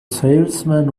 salesman